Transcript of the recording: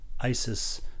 ISIS